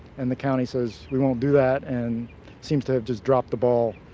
and the county says, we won't do that and seems to have just dropped the ball.